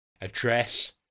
address